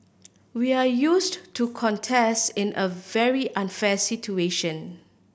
we are used to contest in a very unfair situation